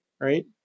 right